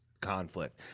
conflict